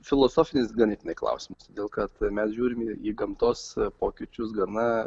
filosofinis ganėtinai klausimas dėl kad mes žiūrim į gamtos pokyčius gana